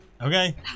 Okay